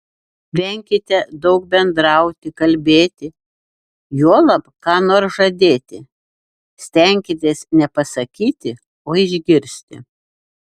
venkite daug bendrauti kalbėti juolab ką nors žadėti stenkitės ne pasakyti o išgirsti